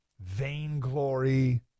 vainglory